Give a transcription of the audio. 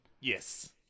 Yes